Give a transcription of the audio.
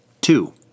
Two